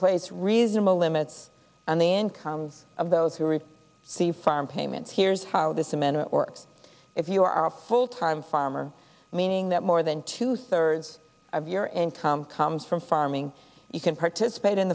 place reasonable limits on the incomes of those who read the farm payments here's how this amendment works if you are a full time farmer meaning that more than two thirds of your income comes from farming you can participate in